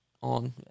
On